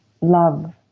love